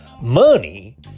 money